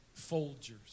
Folgers